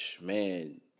man